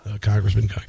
congressman